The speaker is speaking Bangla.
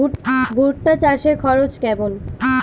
ভুট্টা চাষে খরচ কেমন?